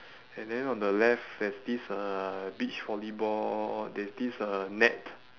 and then on the left there's this uh beach volleyball there's this uh net